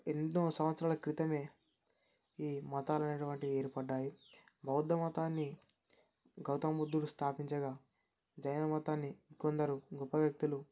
ఎన్నో సంవత్సరాల క్రితమే ఈ మతాలు అనేటువంటివి ఏర్పడ్డాయి బౌద్ధమతాన్ని గౌతమ బుద్ధుడు స్థాపించగా జైన మతాన్ని కొందరు గొప్ప వ్యక్తులు